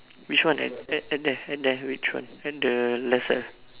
which one at there at there which one at the left ah